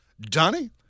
Donnie